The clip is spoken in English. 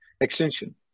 extension